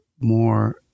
more